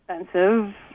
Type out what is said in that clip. expensive